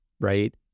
right